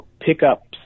pickups